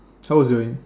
how was you in~